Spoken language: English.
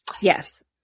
Yes